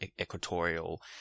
equatorial